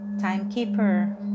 timekeeper